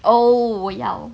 oh 我要